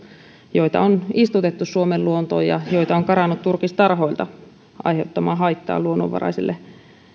joita on istutettu suomen luontoon ja joita on karannut turkistarhoilta aiheuttamaan haittaa luonnonvaraisille